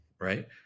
right